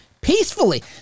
peacefully